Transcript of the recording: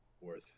Worth